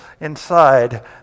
inside